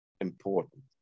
Important